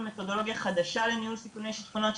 מתודולוגיה חדשה לניהול סיכוני שיטפונות.